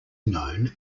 known